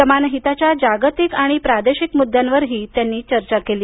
समान हिताच्या जागतिक आणि प्रादेशिक मुद्द्यांवरही त्यांनी चर्चा केली